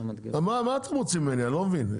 מה אתם רוצים ממני אני לא מבין?